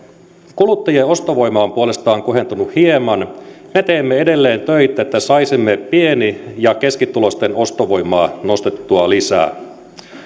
kuluttajien ostovoima on puolestaan kohentunut hieman me teemme edelleen töitä että saisimme pieni ja keskituloisten ostovoimaa nostettua lisää